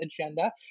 agenda